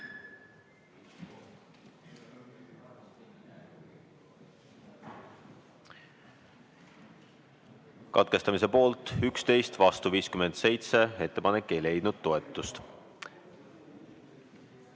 Katkestamise poolt oli 11, vastu 57. Ettepanek ei leidnud toetust. Nüüd